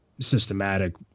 systematic